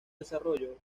desarrollo